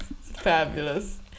fabulous